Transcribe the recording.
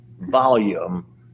volume